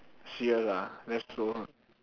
[sial] lah that's so